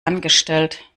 angestellt